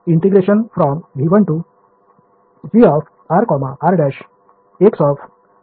मी लिहीन E Ei k02